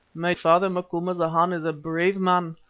my father macumazana is a brave man.